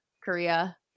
Korea